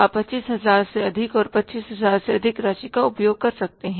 आप 25000 से अधिक और 25000 से अधिक राशि का उपयोग कर सकते हैं